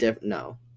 No